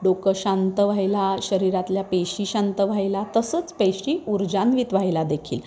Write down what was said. डोकं शांत व्हायला शरीरातल्या पेशी शांत व्हायला तसंच पेशी ऊर्जान्वित व्हायला देखील